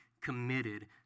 committed